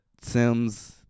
sims